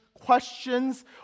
questions